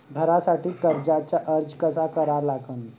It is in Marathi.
घरासाठी कर्जाचा अर्ज कसा करा लागन?